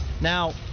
Now